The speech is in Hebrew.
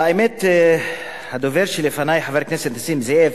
האמת, הדובר שלפני, חבר הכנסת נסים זאב,